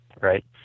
right